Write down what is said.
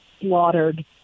slaughtered